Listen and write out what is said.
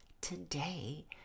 today